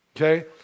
okay